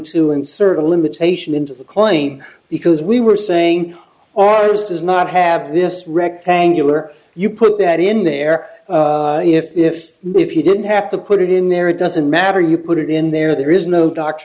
to insert a limitation into the claim because we were saying ours does not have this rectangular you put that in there if if you didn't have to put it in there it doesn't matter you put it in there there is no doct